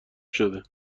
شده